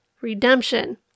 redemption